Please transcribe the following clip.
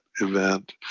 event